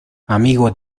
amigo